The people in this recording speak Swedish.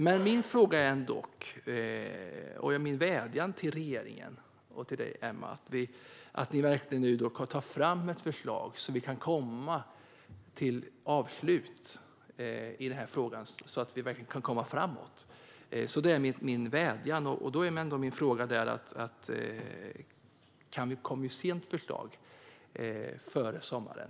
Jag har ändock en fråga och en vädjan till regeringen och till Emma om att ni verkligen nu tar fram ett förslag så att vi kan komma till avslut i frågan och komma framåt. Min fråga är: Kommer vi att få se ett förslag före sommaren?